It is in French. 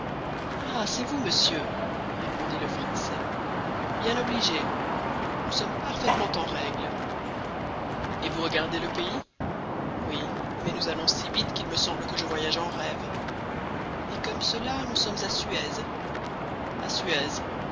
ah c'est vous monsieur répondit le français bien obligé nous sommes parfaitement en règle et vous regardez le pays oui mais nous allons si vite qu'il me semble que je voyage en rêve et comme cela nous sommes à suez